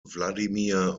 vladimir